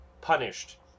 punished